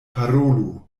parolu